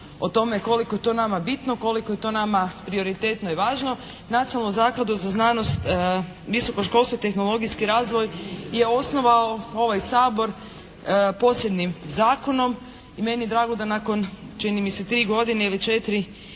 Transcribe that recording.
o tome koliko je to nama bitno, koliko je to nama prioritetno i važno. Nacionalnu zakladu za znanost, visoko školstvo i tehnologijski razvoj je osnovao ovaj Sabor posebnim zakonom i meni je drago da nakon čini mi se tri godine ili četiri